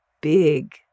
big